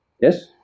Yes